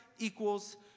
Equals